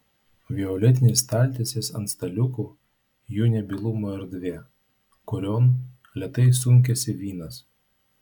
violetinės staltiesės ant staliukų jų nebylumo erdvė kurion lėtai sunkiasi vynas